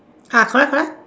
uh correct correct